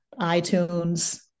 iTunes